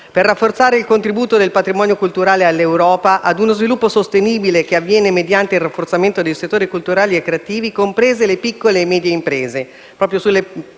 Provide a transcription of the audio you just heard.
per rafforzare il contributo del patrimonio culturale dell'Europa ad uno sviluppo sostenibile, che avviene mediante il rafforzamento dei settori culturali e creativi, comprese le piccole e medie imprese